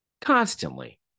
constantly